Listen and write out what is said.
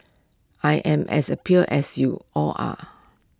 I am as appalled as you all are